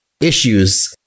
issues